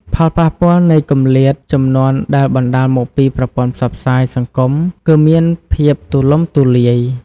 ផលប៉ះពាល់នៃគម្លាតជំនាន់ដែលបណ្តាលមកពីប្រព័ន្ធផ្សព្វផ្សាយសង្គមគឺមានភាពទូលំទូលាយ។